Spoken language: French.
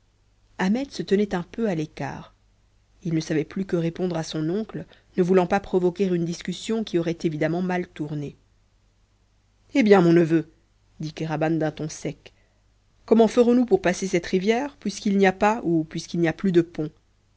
ahmet se tenait un peu à l'écart il ne savait plus que répondre à son oncle ne voulant pas provoquer une discussion qui aurait évidemment mal tourné eh bien mon neveu dit kéraban d'un ton sec comment ferons-nous pour passer cette rivière puisqu'il n'y a pas ou puisqu'il n'y a plus de pont